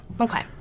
Okay